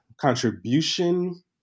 contribution